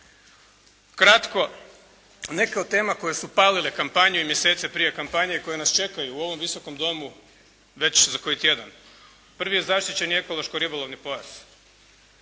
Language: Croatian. Ukratko, neke od tema koje su palile kampanju i mjesece prije kampanje i koje nas čekaju u ovom Visokom domu već za koji tjedan. Prvi je zaštićeni ekološko ribolovni pojas.